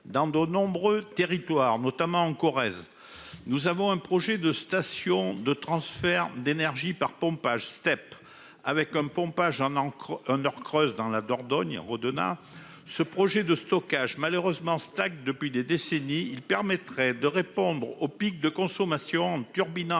dans de nombreux territoires, notamment en Corrèze. Nous avons un projet de station de transfert d'énergie par pompage steps avec un pompage en en un heure creuse dans la Dordogne redonna ce projet de stockage malheureusement depuis des décennies, il permettrait de répondre aux pics de consommation turbines